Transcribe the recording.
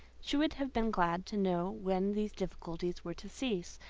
she would have been glad to know when these difficulties were to cease,